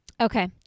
Okay